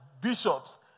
bishops